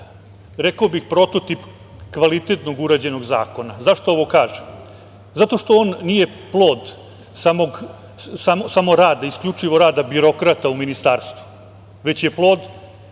rekao bih, prototip kvalitetno urađenog zakona.Zašto ovo kažem? Zato što on nije plod samo rada, isključivo rada birokrata u ministarstvu, već je plod